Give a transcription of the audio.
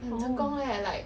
oh